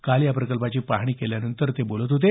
काल या प्रकल्पाची पाहणी केल्यानंतर ते बोलत होते